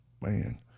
Man